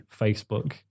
Facebook